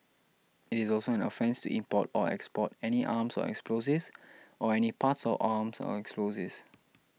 it is also an offence to import or export any arms or explosives or any parts of arms or explosives